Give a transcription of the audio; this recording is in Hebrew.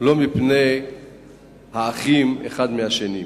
לא מפני האחים, אחד מפני השני.